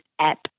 app